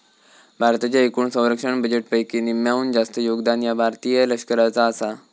भारताच्या एकूण संरक्षण बजेटपैकी निम्म्याहून जास्त योगदान ह्या भारतीय लष्कराचा आसा